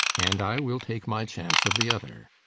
and i will take my chance of the other.